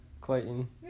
Clayton